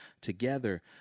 together